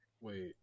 Wait